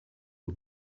who